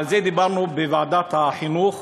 על זה דיברנו בוועדת החינוך,